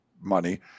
money